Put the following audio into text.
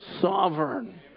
sovereign